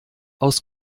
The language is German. aus